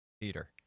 Peter